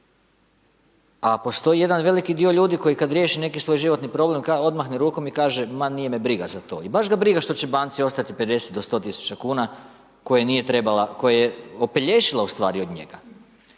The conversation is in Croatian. A postoji jedan veliki dio ljudi koji kad riješe neki svoj životni problem, odmahne rukom i kaže ma nije me briga za to. I baš ga briga što će banci ostati 50 do 100 000 kuna koje je opelješila ustvari od njega.